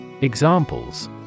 Examples